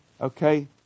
okay